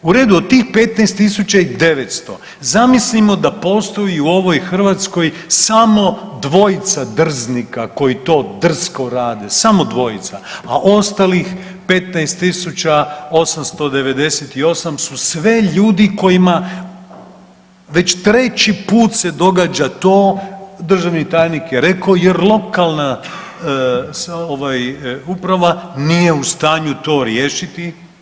U redu od tih 15.900 zamislimo da postoji u ovoj Hrvatskoj samo dvojica drznika koji to drsko rade, samo dvojica, a ostalih 15.898 sve ljudi kojima već treći put se događa to, državni tajnik je rekao, jer lokalna uprava nije u stanju to riješiti.